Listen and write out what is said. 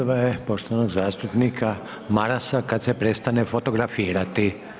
Prva je poštovanog zastupnika Marasa kada se prestane fotografirati.